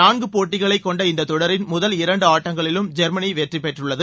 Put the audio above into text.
நான்கு போட்டிகளைக் கொண்ட இந்தத் தொடரின் முதல் இரண்டு ஆட்டங்களிலும் ஜெர்மனி வெற்றி பெற்றுள்ளது